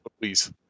please